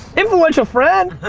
influential friend?